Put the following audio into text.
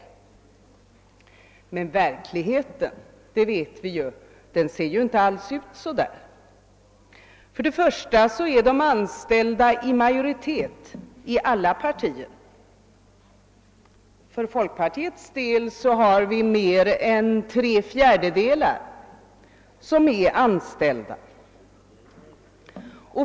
Men verkligheten, det vet vi, ser inte alls ut så. För det första är de anställda i majoritet inom alla partier — inom folkpartiet utgörs mer en tre fjärdedelar av anställda.